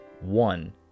one